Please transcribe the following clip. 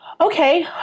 Okay